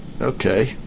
Okay